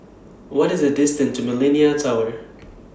What IS The distance to Millenia Tower